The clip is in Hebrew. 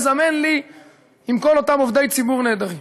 מזמנים לי עם כל אותם עובדי ציבור נהדרים.